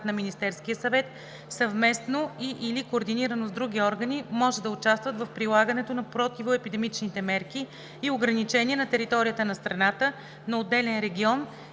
на Министерския съвет, съвместно и/или координирано с други органи може да участват в прилагането на противоепидемични мерки и ограничения на територията на страната, на отделен регион